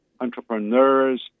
entrepreneurs